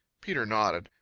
peter nodded.